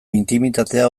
intimitatea